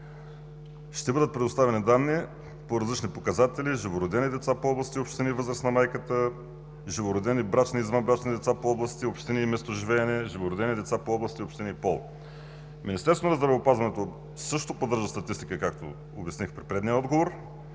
Ще бъдат предоставени данни по различни показатели – живородени деца по области и общини и възраст на майката; живородени брачни и извън брачни деца по области и общини и местоживеене; живородени деца по области и общини и пол. Министерството на здравеопазването също поддържа статистика на ражданията, както обясних в предния отговор,